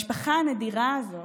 המשפחה המדהימה הזאת,